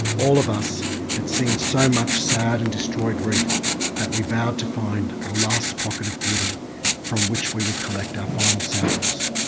all of us had seen so much sad and destroyed reef that we vowed to find a last pocket of beauty from which we would collect our final samples.